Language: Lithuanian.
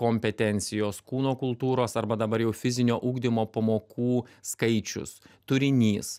kompetencijos kūno kultūros arba dabar jau fizinio ugdymo pamokų skaičius turinys